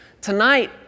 Tonight